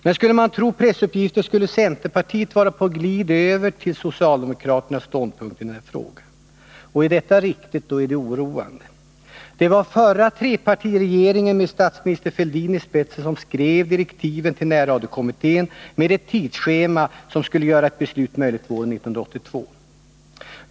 Men skulle man tro pressuppgifter skulle centern vara på glid över till socialdemokraternas ståndpunkt i denna fråga. Är detta riktigt, är det oroande. Det var förra trepartiregeringen med statsminister Fälldin i spetsen som skrev direktiven till närradiokommittén med ett tidsschema som skulle göra ett beslut möjligt år 1982.